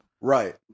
Right